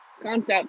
concept